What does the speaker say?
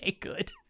good